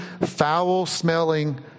foul-smelling